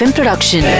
Production